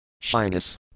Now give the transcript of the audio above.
Shyness